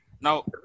now